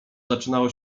zaczynało